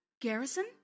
Garrison